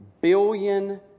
billion